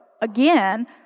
Again